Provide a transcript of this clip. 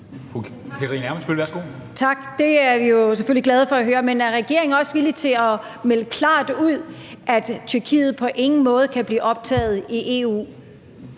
Katarina Ammitzbøll (KF): Tak. Det er vi jo selvfølgelig glade for at høre, men er regeringen også villig til at melde klart ud, at Tyrkiet på ingen måde kan blive optaget i EU?